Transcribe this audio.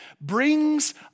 brings